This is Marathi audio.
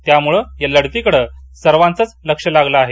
त्यामुळे या लढतीकडे सर्वांचंच लक्ष लागलं आहे